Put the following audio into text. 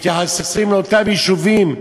מתייחסים לאותם יישובים,